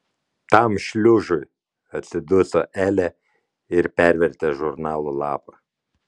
tam šliužui atsiduso elė ir pervertė žurnalo lapą